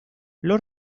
los